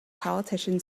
politician